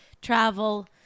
Travel